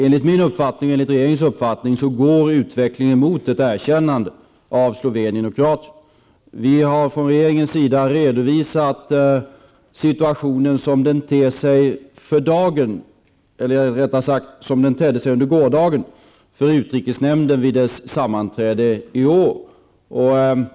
Enligt min och regeringens uppfattning går utvecklingen i riktning mot ett erkännande av Vi har från regeringens sida redovisat situationen som den ter sig för dagen -- eller rättare sagt som den tedde sig under gårdagen -- för utrikesnämnden vid dess sammanträde i går.